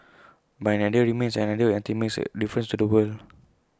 but an idea remains an idea until IT makes A difference to the world